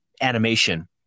animation